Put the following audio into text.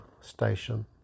station